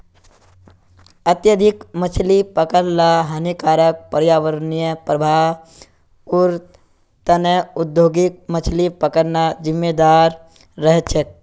अत्यधिक मछली पकड़ ल हानिकारक पर्यावरणीय प्रभाउर त न औद्योगिक मछली पकड़ना जिम्मेदार रह छेक